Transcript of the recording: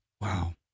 Wow